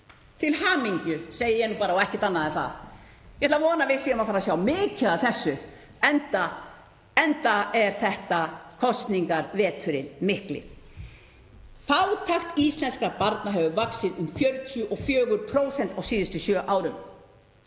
Til hamingju segi ég nú bara og ekkert annað en það. Ég ætla að vona að við séum að fara að sjá mikið af þessu enda er þetta kosningaveturinn mikli. Fátækt íslenskra barna hefur vaxið um 44% á síðustu sjö árum.